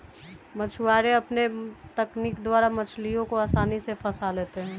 मछुआरे अपनी तकनीक द्वारा मछलियों को आसानी से फंसा लेते हैं